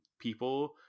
people